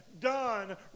done